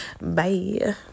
bye